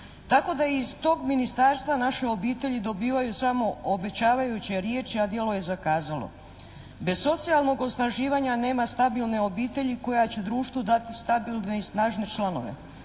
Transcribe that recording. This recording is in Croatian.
Tako da iz tog ministarstva naše obitelji dobivaju samo obećavajuće riječi, a djelo je zakazalo. Bez socijalnog osnaživanja nema stabilne obitelji koja će društvu dati stabilne i snažne članove.